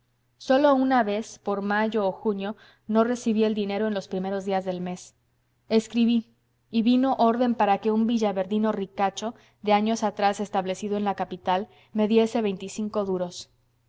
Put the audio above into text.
sólo una vez por mayo o junio no recibí el dinero en los primeros días del mes escribí y vino orden para que un villaverdino ricacho de años atrás establecido en la capital me diese veinticinco duros